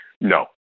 no